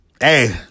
hey